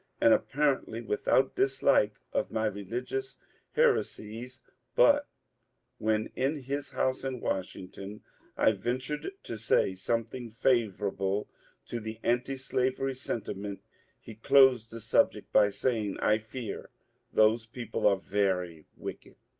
and apparently without dislike of my religious heresies but when in his house in washington i ventured to say something favourable to the antislavery senti ment he closed the subject by saying, i fear those people are very wicked.